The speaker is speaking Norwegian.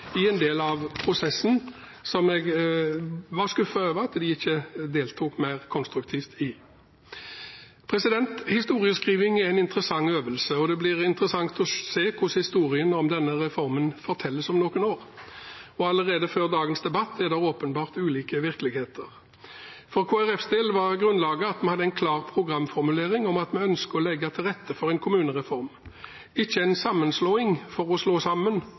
i en del av prosessen, som jeg var skuffet over at de ikke deltok mer konstruktivt i. Historieskriving er en interessant øvelse, og det blir interessant å se hvordan historien om denne reformen fortelles om noen år. Allerede før dagens debatt er det åpenbart ulike virkeligheter. For Kristelig Folkepartis del var grunnlaget at vi hadde en klar programformulering om at vi ønsket å legge til rette for en kommunereform – ikke en sammenslåing for å slå sammen,